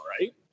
right